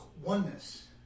oneness